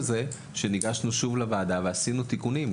וניגשנו שוב לוועדה ועשינו תיקונים.